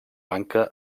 banca